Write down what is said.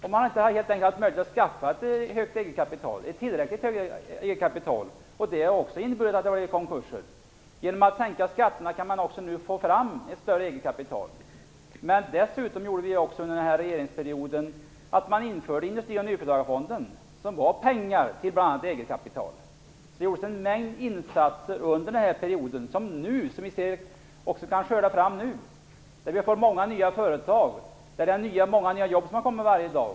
De har helt enkelt inte haft möjlighet att skaffa ett tillräckligt högt eget kapital, vilket också har lett till konkurser. Genom att sänka skatterna kan man nu få fram ett större eget kapital. Dessutom inrättades under den borgerliga regeringsperioden Investerings och nyföretagarfonden. Det gav pengar till bl.a. eget kapital. Det gjordes alltså en mängd insatser under denna period som vi nu kan skörda resultatet av. Det har startats många nya företag. Det tillkommer många nya jobb varje dag.